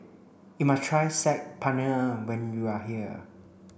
you must try Saag Paneer when you are here